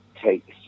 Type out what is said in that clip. takes